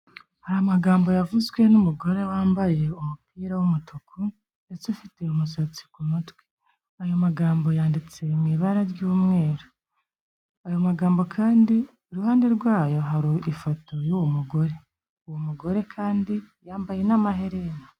Hari amagambo yavuzwe n'umugore wambaye umupira w'umutuku ndetse ufite umusatsi ku matwi. Ayo magambo yanditse mu ibara ry'umweru, ayo magambo kandi iruhande rwayo hari ifoto y'uwo mugore, uwo mugore kandi yambaye n'amaherene.